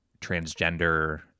transgender